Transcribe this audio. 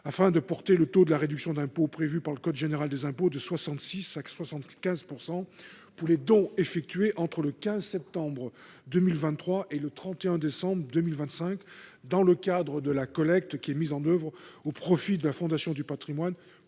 en portant le taux de la réduction d’impôts prévue par le code général des impôts de 66 % à 75 % pour les dons effectués entre le 15 septembre 2023 et le 31 décembre 2025 dans le cadre de la collecte effectuée au profit de la Fondation du patrimoine